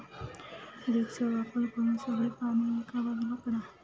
रेकचा वापर करून सगळी पाने एका बाजूला करा